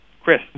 Chris